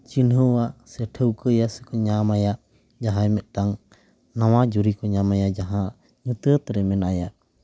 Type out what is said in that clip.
ᱪᱤᱱᱦᱟᱹ ᱟᱜ ᱥᱮ ᱴᱷᱟᱹᱶᱠᱟᱹ ᱟᱭᱟ ᱥᱮᱠᱚ ᱧᱟᱢ ᱟᱭᱟ ᱡᱟᱦᱟᱸᱭ ᱢᱤᱫᱴᱟᱱ ᱱᱟᱣᱟ ᱡᱩᱨᱤ ᱠᱚ ᱧᱟᱢ ᱟᱭᱟ ᱡᱟᱦᱟᱸ ᱧᱩᱛᱟᱹᱛ ᱨᱮ ᱢᱮᱱᱟᱭᱟ